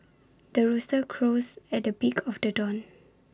the rooster crows at the break of the dawn